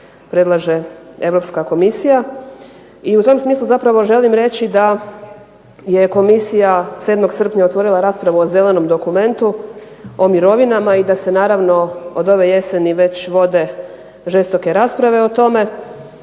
predlaže Europska komisija. I u tom smislu zapravo želim reći da je komisija 7. srpnja otvorila raspravu o zelenom dokumentu o mirovinama i da se naravno od ove jeseni već vode žestoke rasprave o tome.